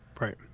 right